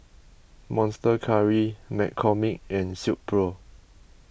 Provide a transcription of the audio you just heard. Monster Curry McCormick and Silkpro